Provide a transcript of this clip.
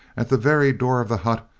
at the very door of the hut,